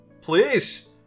Please